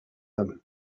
them